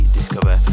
discover